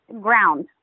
ground